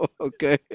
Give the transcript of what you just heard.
Okay